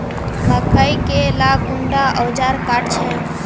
मकई के ला कुंडा ओजार काट छै?